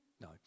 No